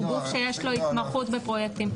הוא גוף שיש לו התמחות בפרויקטים.